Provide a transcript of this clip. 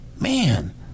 Man